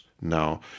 now